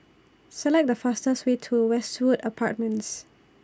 Select The fastest Way to Westwood Apartments